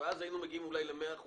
ואז היינו מגיעים אולי ל-100%